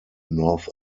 north